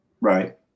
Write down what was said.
right